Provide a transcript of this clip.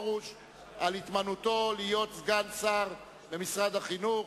רבותי חברי הכנסת, לפנינו,